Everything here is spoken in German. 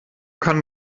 kann